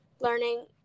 learning